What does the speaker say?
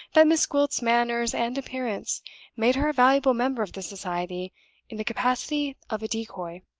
that miss gwilt's manners and appearance made her a valuable member of the society in the capacity of a decoy.